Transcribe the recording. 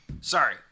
sorry